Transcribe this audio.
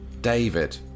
David